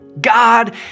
God